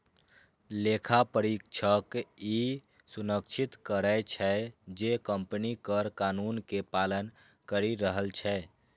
लेखा परीक्षक ई सुनिश्चित करै छै, जे कंपनी कर कानून के पालन करि रहल छै